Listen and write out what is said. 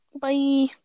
bye